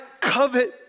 covet